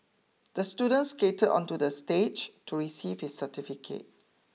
the student skated onto the stage to receive his certificate